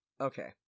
Okay